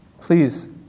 please